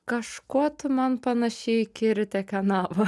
kažkuo tu man panaši į kiri te kanavą